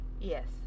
yes